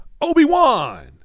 Obi-Wan